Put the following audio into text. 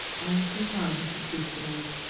i am too tired to speak to-night.